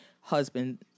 husband